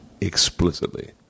explicitly